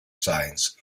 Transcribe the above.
science